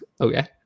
Okay